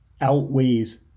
outweighs